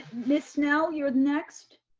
miss snell, you're next?